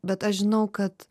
bet aš žinau kad